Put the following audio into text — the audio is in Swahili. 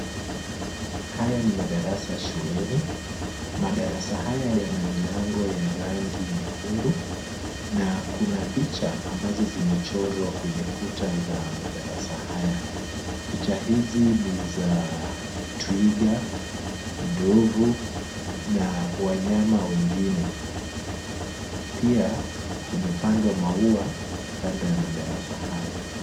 Haya ni madarasa shuleni. Madarasa haya yana milango ya rangi nyekundu na kuna picha ambazo zimechorwa kwenye kuta za madarasa haya. Picha hizi ni za twiga, ndovu na wanyama wengine. Pia kumepandwa maua kando ya madarasa haya.